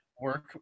work